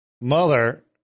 Mother